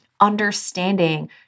understanding